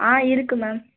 ஆ இருக்குது மேம்